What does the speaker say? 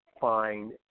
find